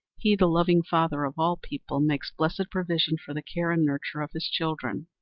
he, the loving father of all people, makes blessed provision for the care and nurture of his children.